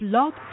Blog